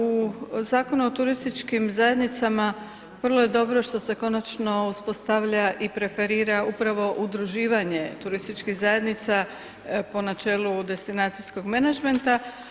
U Zakonu o turističkim zajednicama vrlo je dobro što se konačno uspostavlja i preferira upravo udruživanje turističkih zajednicama po načelu destinacijskog menadžmenta.